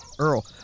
Earl